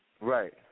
Right